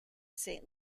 saint